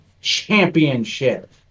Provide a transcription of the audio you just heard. Championship